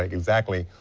like exactly,